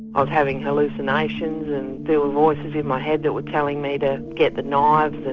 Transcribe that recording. um having hallucinations and there were voices in my head that were telling me to get the knives and